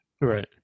right